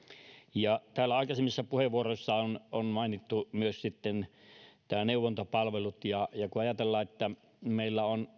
täällä aikaisemmissa puheenvuoroissa on on mainittu myös neuvontapalvelut ja ja kun ajatellaan että meillä on